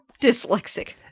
dyslexic